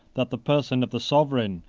that the person of the sovereign,